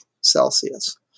Celsius